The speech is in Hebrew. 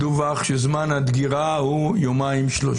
כי קודם דווח שזמן הדגירה הוא יומיים-שלושה.